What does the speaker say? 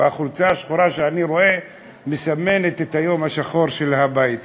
והחולצה השחורה שאני רואה מסמנת את היום השחור של הבית הזה,